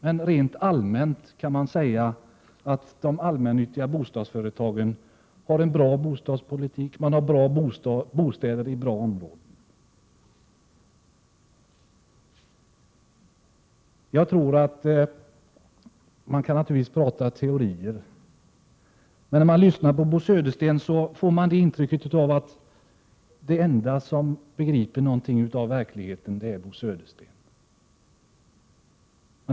Men rent allmänt kan man säga att de allmännyttiga bostadsföretagen har en bra bostadspolitik; de har bra bostäder i bra områden. Man kan naturligtvis diskutera teorier. Men när man lyssnade till Bo Södersten fick man intrycket att den enda som begrep någonting av verkligheten var Bo Södersten.